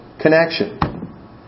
connection